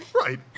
Right